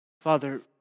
Father